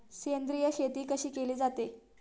सेंद्रिय शेती कशी केली जाते?